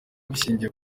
bishingiye